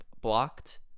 blocked